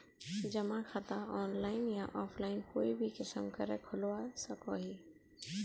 जमा खाता ऑनलाइन या ऑफलाइन कोई भी किसम करे खोलवा सकोहो ही?